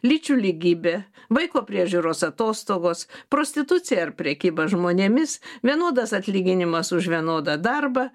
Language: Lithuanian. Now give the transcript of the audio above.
lyčių lygybė vaiko priežiūros atostogos prostitucija ar prekyba žmonėmis vienodas atlyginimas už vienodą darbą